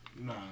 Nah